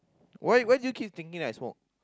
why why do you keep thinking I small